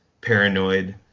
paranoid